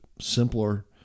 simpler